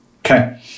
Okay